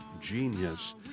Genius